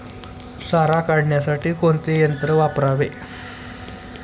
सारा काढण्यासाठी कोणते यंत्र वापरावे?